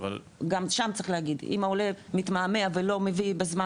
גם שם צריך להגיד אם העולה מתמהמה ולא מבין בזמן